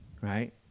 right